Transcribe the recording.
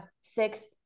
six